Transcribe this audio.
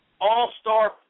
all-star